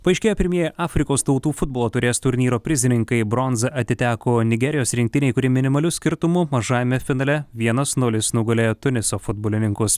paaiškėjo pirmieji afrikos tautų futbolo taurės turnyro prizininkai bronza atiteko nigerijos rinktinei kuri minimaliu skirtumu mažajame finale vienas nulis nugalėjo tuniso futbolininkus